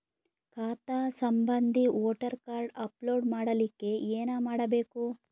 ಖಾತಾ ಸಂಬಂಧಿ voter card upload ಮಾಡಲಿಕ್ಕೆ ಏನ ಮಾಡಬೇಕು?